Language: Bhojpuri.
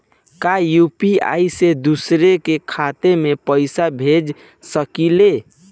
का यू.पी.आई से दूसरे के खाते में पैसा भेज सकी ले?